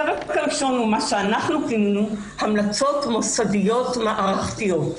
הפרק הראשון הוא המלצות מוסדיות מערכתיות,